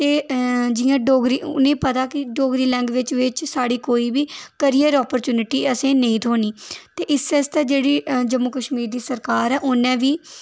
ते जि'यां डोगरी उनें'गी पता कि डोगरी लैंगुएज बिच्च साढ़ा कोई बी करियर अपॉरच्यूनिटी असें'गी नेईं थोह्नी ते इस आस्तै जेह्ड़ी जम्मू कश्मीर दी सरकार ऐ उ'न्नै बी